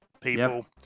people